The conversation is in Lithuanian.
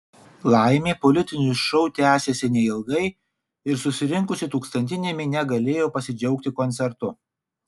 laimė politinis šou tęsėsi neilgai ir susirinkusi tūkstantinė minia galėjo pasidžiaugti koncertu